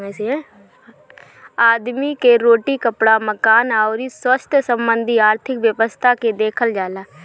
आदमी कअ रोटी, कपड़ा, मकान अउरी स्वास्थ्य संबंधी आर्थिक व्यवस्था के देखल जाला